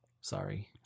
sorry